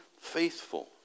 faithful